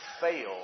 fail